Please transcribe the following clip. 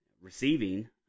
receiving